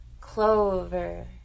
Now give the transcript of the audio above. clover